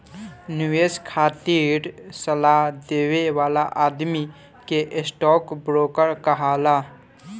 निवेश खातिर सलाह देवे वाला आदमी के स्टॉक ब्रोकर कहाला